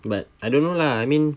but I don't know lah I mean